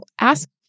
ask